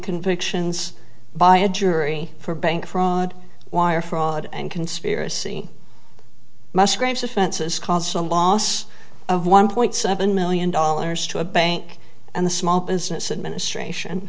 convictions by a jury for bank fraud wire fraud and conspiracy musgrave's offenses calls a loss of one point seven million dollars to a bank and the small business administration